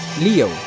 Leo